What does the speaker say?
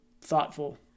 thoughtful